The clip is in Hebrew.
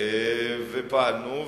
ופעלנו.